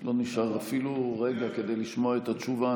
לא נשאר אפילו רגע כדי לשמוע את התשובה.